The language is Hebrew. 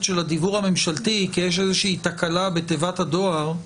הדיוור הממשלתי כי יש איזה שהיא תקלה בתיבת הדואר,